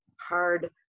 hard